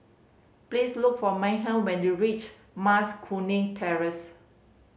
please look for Meghann when you reach Mas Kuning Terrace